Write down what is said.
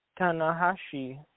Tanahashi